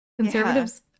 Conservatives